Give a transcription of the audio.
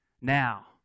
now